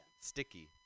Sticky